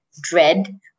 dread